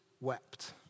wept